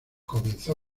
comenzó